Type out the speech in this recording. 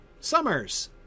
summers